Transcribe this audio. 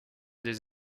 des